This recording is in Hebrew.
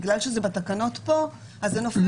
בגלל שזה בתקנות כאן,